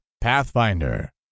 pathfinder